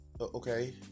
Okay